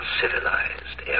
civilized